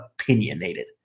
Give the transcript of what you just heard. opinionated